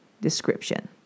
description